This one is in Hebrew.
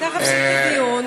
היא שצריך להפסיק את הדיון.